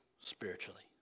spiritually